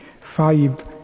five